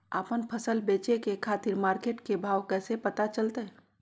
आपन फसल बेचे के खातिर मार्केट के भाव कैसे पता चलतय?